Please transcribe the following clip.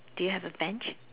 do you have a bench